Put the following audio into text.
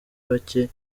bake